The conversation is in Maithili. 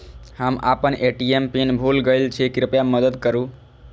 हम आपन ए.टी.एम पिन भूल गईल छी, कृपया मदद करू